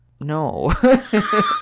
No